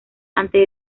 antes